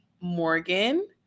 Morgan